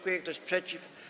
Kto jest przeciw?